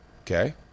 Okay